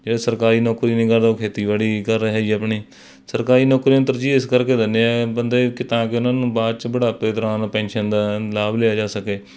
ਜੇ ਸਰਕਾਰੀ ਨੌਕਰੀ ਨਹੀਂ ਕਰਦਾ ਉਹ ਖੇਤੀਬਾੜੀ ਕਰ ਰਿਹਾ ਜੀ ਆਪਣੀ ਸਰਕਾਰੀ ਨੌਕਰੀਆਂ ਨੂੰ ਤਰਜੀਹ ਇਸ ਕਰਕੇ ਦਿੰਦੇ ਹਾਂ ਬੰਦੇ ਕਿ ਤਾਂ ਕਿ ਉਹਨਾਂ ਨੂੰ ਬਾਅਦ 'ਚ ਬੁੜਾਪੇ ਦੌਰਾਨ ਪੈਨਸ਼ਨ ਦਾ ਲਾਭ ਲਿਆ ਜਾ ਸਕੇ